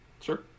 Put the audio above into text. Sure